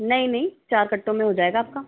नहीं नहीं चार कट्टों में हो जाएगा आपका